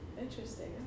Interesting